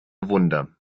wunder